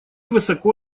высоко